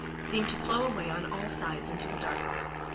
seemed to flow away on all sides into the darkness,